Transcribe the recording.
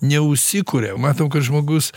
neužsikuria matom kad žmogus